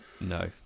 No